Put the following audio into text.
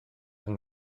yng